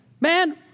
man